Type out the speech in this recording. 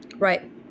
Right